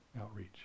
outreach